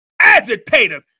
agitator